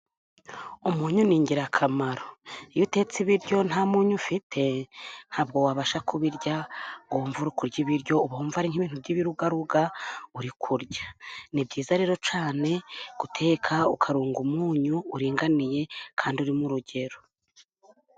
Umunyu ni ingirakamaro, iyo utetse ibiryo nta munyu ufite ntabwo wabasha kubirya ngo wumve uri kurya ibiryo. Uba wumva ari nk'ibintu by'ibirugaruga uri kurya. Ni byiza rero guteka ukarunga umunyu uringaniye kandi uri mu rugero.